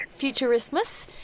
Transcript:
Futurismus